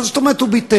מה זאת אומרת הוא ביטל?